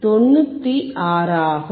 96 ஆகும்